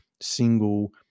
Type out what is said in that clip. single